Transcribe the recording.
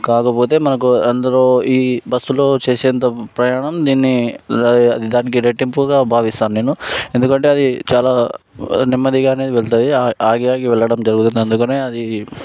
కాకపోతే మనకు అందులో ఈ బస్సులో చేసేంత ప్రయాణం దీన్ని దానికి రెట్టింపుగా భావిస్తాను నేను ఎందుకంటే అది చాలా నెమ్మదిగానే వెళ్తుంది ఆగి ఆగి వెళ్ళడం జరుగుతుంది అందుకని అది